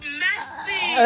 messy